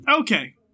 Okay